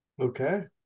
Okay